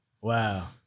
Wow